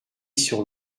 sur